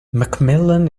macmillan